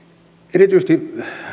erityisesti